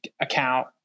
account